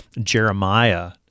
Jeremiah